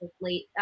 late –